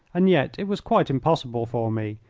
and yet it was quite impossible for me,